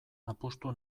apustu